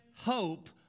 hope